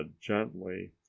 gently